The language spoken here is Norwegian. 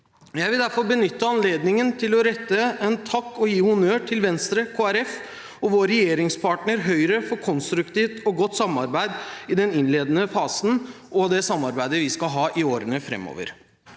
Jeg vil derfor benytte anledningen til å rette en takk og gi honnør til Venstre, Kristelig Folkeparti og vår regjeringspartner Høyre for konstruktivt og godt samarbeid i den innledende fasen og for det samarbeidet vi skal ha i årene framover,